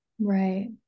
right